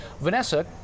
Vanessa